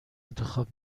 انتخاب